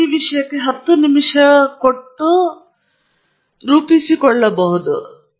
ಆದ್ದರಿಂದ ಈಗ ನಾವು ಒಂದು ಕ್ಷಣದಲ್ಲಿ ನೋಡಬಹುದಾದ ಅವಧಿಯನ್ನು ಒಳಗೊಂಡಿರುವ ನಿರ್ಬಂಧಗಳನ್ನು ನೋಡುತ್ತೇವೆ